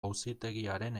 auzitegiaren